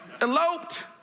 eloped